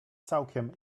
całkiem